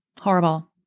Horrible